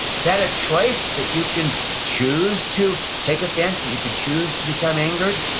is that a choice that you can choose to take offense, that you could choose to become angered?